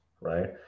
right